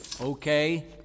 okay